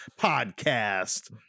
podcast